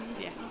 yes